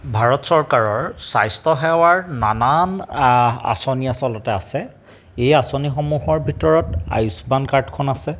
ভাৰত চৰকাৰৰ স্বাস্থ্যসেৱাৰ নানান আঁচনি আচলতে আছে এই আঁচনিসমূহৰ ভিতৰত আয়ুষ্মান কাৰ্ডখন আছে